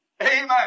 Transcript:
Amen